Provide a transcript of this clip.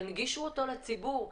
תנגישו אותו לציבור,